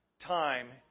time